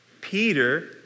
Peter